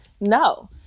no